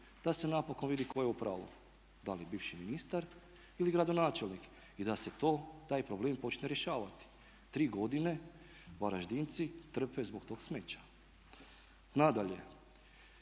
da se napokon vidi tko je upravu, da li bivši ministar ili gradonačelnik i da se to, taj problem počne rješavati? Tri godine Varaždinci trpe zbog tog smeća. Nadalje,